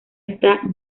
está